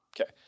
Okay